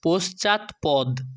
পশ্চাৎপদ